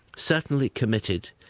certainly committed,